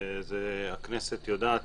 הכנסת יודעת